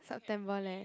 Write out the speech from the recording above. September leh